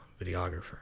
videographer